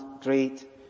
great